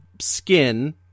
skin